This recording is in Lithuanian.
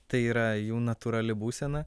tai yra jų natūrali būsena